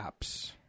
apps